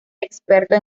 experto